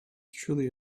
truly